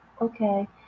Okay